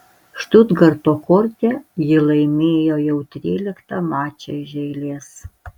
štutgarto korte ji laimėjo jau tryliktą mačą iš eilės